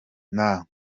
nta